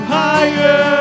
higher